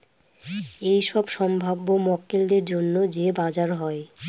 এইসব সম্ভাব্য মক্কেলদের জন্য যে বাজার হয়